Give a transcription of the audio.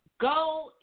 go